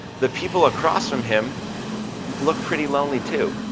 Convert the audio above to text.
the people across from him look pretty lonely, too.